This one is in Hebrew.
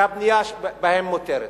שהבנייה בהם מותרת,